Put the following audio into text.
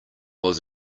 was